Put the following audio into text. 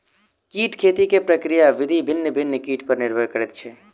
कीट खेती के प्रक्रिया विधि भिन्न भिन्न कीट पर निर्भर करैत छै